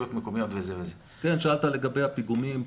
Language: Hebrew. שאלת לגבי הפיגומים.